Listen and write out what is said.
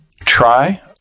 try